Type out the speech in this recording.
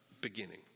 beginning